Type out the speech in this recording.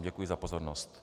Děkuji za pozornost.